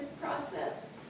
process